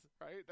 Right